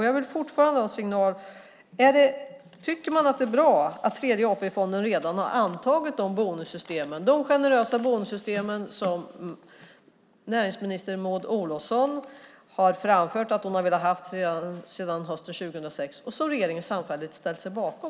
Jag vill fortfarande ha besked: Tycker man att det är bra att Tredje AP-fonden redan har antagit de generösa bonussystem som näringsminister Maud Olofsson har framfört att hon har velat ha sedan hösten 2006 och som regeringen samfällt har ställt sig bakom?